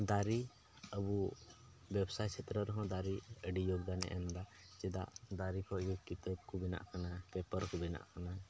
ᱫᱟᱨᱮ ᱟᱵᱚ ᱵᱮᱵᱽᱥᱟᱭ ᱠᱷᱮᱛᱛᱨᱚ ᱨᱮᱦᱚᱸ ᱫᱟᱨᱮ ᱟᱹᱰᱤ ᱡᱳᱜᱽᱫᱟᱱᱮ ᱪᱮᱫᱟᱜ ᱫᱟᱨᱮ ᱠᱷᱚᱡ ᱜᱮ ᱠᱤᱛᱟᱹᱵ ᱠᱚ ᱵᱮᱱᱟᱜ ᱠᱟᱱᱟ ᱯᱮᱯᱟᱨ ᱠᱚ ᱵᱮᱱᱟᱜ ᱠᱟᱱᱟ